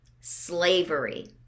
Slavery